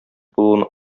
булуын